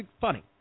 funny